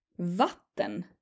Vatten